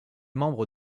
membre